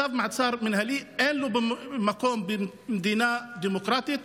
לצו מעצר מינהלי אין מקום במדינה דמוקרטית.